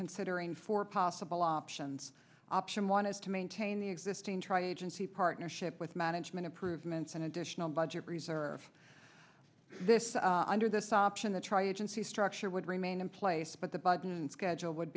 considering for possible options option one is to maintain the existing tri agency partnership with management improvements an additional budget reserve this under this option the tri agency structure would remain in place but the button schedule would